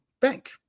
bank